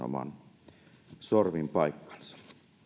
oman sorvin paikkansa